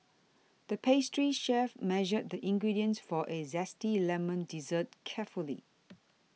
the pastry chef measured the ingredients for a Zesty Lemon Dessert carefully